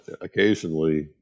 occasionally